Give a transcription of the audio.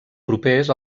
propers